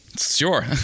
Sure